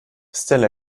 stella